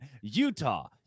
Utah